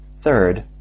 Third